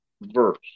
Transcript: verse